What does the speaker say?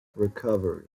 recovery